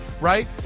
right